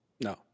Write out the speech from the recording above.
No